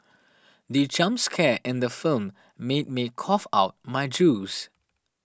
the jump scare in the film made me cough out my juice